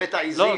הבאת עזים?